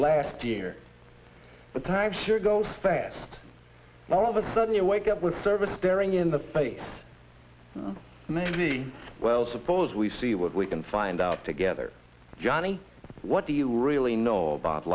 last year but i'm sure go fast all of a sudden you wake up with service staring in the face and then me well suppose we see what we can find out together johnny what do you really know about